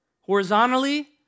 Horizontally